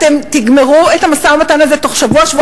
אתם תגמרו את המשא-ומתן הזה בתוך שבוע-שבועיים,